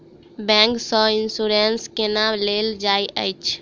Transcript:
bank सँ insurance केना लेल जाइत अछि